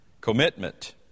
Commitment